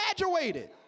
graduated